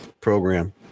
program